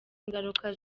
ingaruka